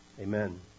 Amen